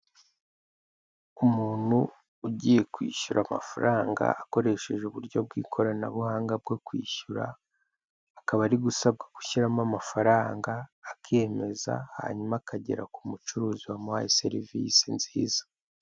Umuntu ugiye kwishyura amafaranga akoresheje uburyo bw'ikoranabuhanga bwo kwishyura, akaba ari gusabwa gushyiramo amafaranga, akemeza, hanyuma akagera kumucuruzi wamuhaye serivise nziza.